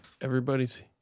Everybody's